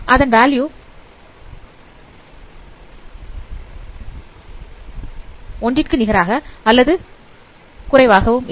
அதன் வேல்யூ ஒன்றிற்கு நிகராக அல்லது குறைவாக இருக்கும் இருக்கும்